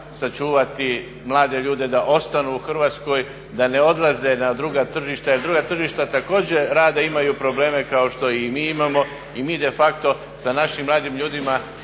sačuvati mlade ljude da ostanu u Hrvatskoj, da ne odlaze na druga tržišta jer druga tržišta također rade i imaju probleme kao što i mi imamo i mi de facto sa našim mladim ljudima